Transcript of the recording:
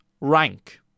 rank